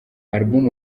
album